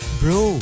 bro